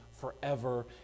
forever